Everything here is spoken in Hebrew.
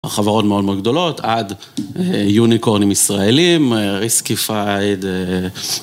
החברות מאוד מאוד גדולות, עד יוניקורנים ישראלים, ריסקי פייד